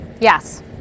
Yes